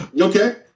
Okay